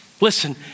listen